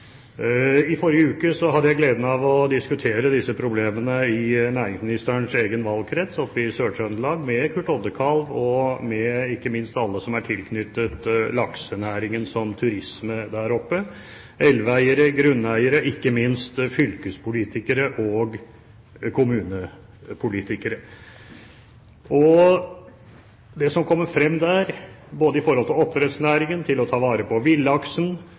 I forrige uke hadde jeg gleden av å diskutere disse problemene i næringsministerens egen valgkrets, i Sør-Trøndelag, med Kurt Oddekalv og ikke minst med alle som er tilknyttet laksenæringen, som driver turisme der, elveeiere, grunneiere og ikke minst fylkespolitikere og kommunepolitikere. Det som kommer frem der, både når det gjelder oppdrettsnæringen og det å ta vare på villaksen,